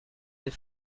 des